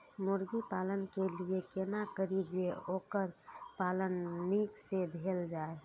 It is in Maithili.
मुर्गी पालन के लिए केना करी जे वोकर पालन नीक से भेल जाय?